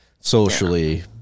socially